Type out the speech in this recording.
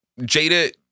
Jada